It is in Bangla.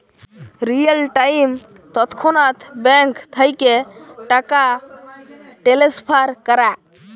রিয়েল টাইম তৎক্ষণাৎ ব্যাংক থ্যাইকে টাকা টেলেসফার ক্যরা